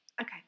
Okay